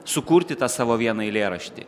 sukurti tą savo vieną eilėraštį